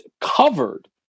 covered